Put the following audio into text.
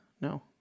no